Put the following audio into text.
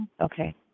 Okay